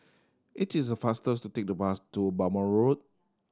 it is faster to take the bus to Balmoral Road